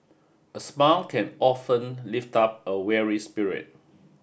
a smile can often lift up a weary spirit